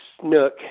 snook